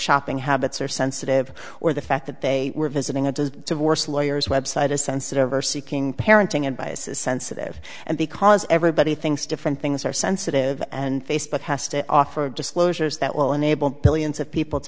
shopping habits are sensitive or the fact that they were visiting a disease divorce lawyers website is sensitive or seeking parenting and bias is sensitive and because everybody thinks different things are sensitive and facebook has to offer disclosures that will enable millions of people to